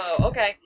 Okay